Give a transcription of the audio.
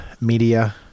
media